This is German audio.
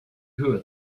höhe